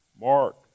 Mark